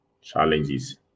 challenges